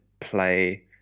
play